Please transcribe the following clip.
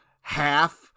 half